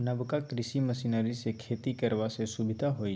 नबका कृषि मशीनरी सँ खेती करबा मे सुभिता होइ छै